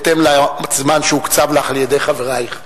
בהתאם לזמן שהוקצב לך על-ידי חברייך.